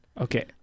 Okay